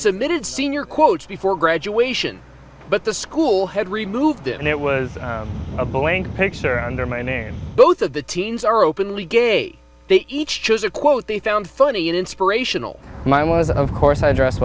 submitted senior quotes before graduation but the school had removed it and it was a blank picture under my name both of the teens are openly gay they each chose a quote they found funny and inspirational my was of course i dress